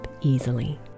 easily